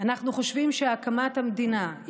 אנחנו חושבים שהקמת המדינה,